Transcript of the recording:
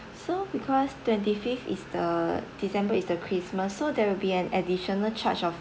so because twenty fifth is the december is the christmas so there will be an additional charge of